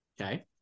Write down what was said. Okay